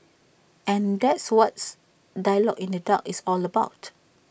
and that's what's dialogue in the dark is all about